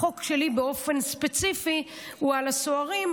החוק שלי באופן ספציפי הוא על הסוהרים,